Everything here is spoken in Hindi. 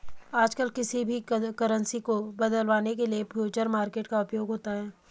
आजकल किसी भी करन्सी को बदलवाने के लिये फ्यूचर मार्केट का उपयोग होता है